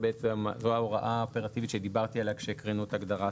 זו בעצם ההוראה האופרטיבית שדיברתי עליה כשהקראנו את הגדרת